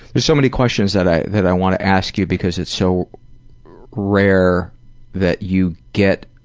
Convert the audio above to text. there are so many questions that i that i want to ask you because it's so rare that you get